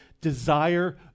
desire